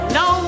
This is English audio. no